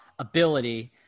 ability